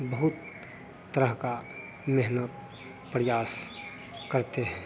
बहुत तरह का मेहनत प्रयास करते हैं